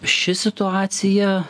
ši situacija